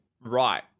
right